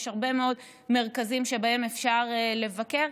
יש הרבה מאוד מרכזים שבהם אפשר לבקר.